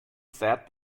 said